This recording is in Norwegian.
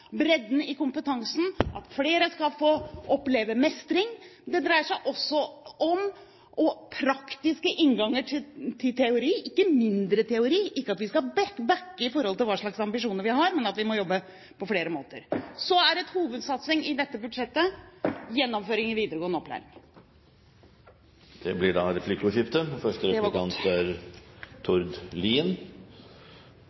bredden i kompetansen, om at flere skal få oppleve mestring. Det dreier seg også om praktiske innganger til teori – ikke mindre teori, ikke at vi skal bakke i de ambisjonene vi har, men at vi må jobbe på flere måter. Så er en hovedsatsing i dette budsjettet gjennomføringen i videregående opplæring. Tiden er ute – Det blir replikkordskifte. Statsråden var så streng da hun at sa at vi måtte være positive, så jeg tør